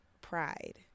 Pride